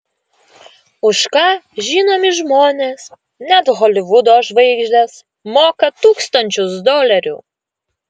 už ką žinomi žmonės net holivudo žvaigždės moka tūkstančius dolerių